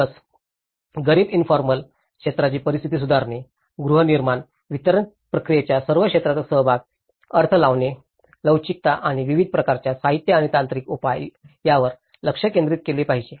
focus गरीब informal क्षेत्राची परिस्थिती सुधारणे गृहनिर्माण वितरण प्रक्रियेच्या सर्व क्षेत्रांचा सहभाग अर्थ लावणे लवचिकता आणि विविध प्रकारच्या साहित्य आणि तांत्रिक उपाय यावर लक्ष केंद्रित केले पाहिजे